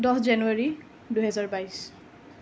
দহ জানুৱাৰী দুহেজাৰ বাইছ